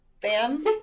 Bam